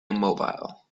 immobile